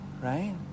right